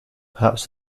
perhaps